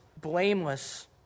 blameless